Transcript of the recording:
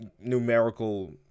numerical